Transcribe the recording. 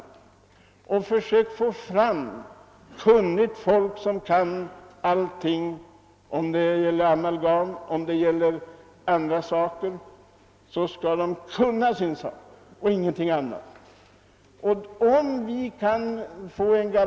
Men de personer som skall tas i anspråk för detta arbete måste ha alla de kunskaper om amalgam osv. som är erforderliga.